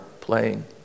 playing